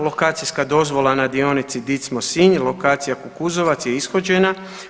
Lokacijska dozvola na dionici Dicmo – Sinj lokacija Kukuzovac je ishođena.